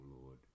Lord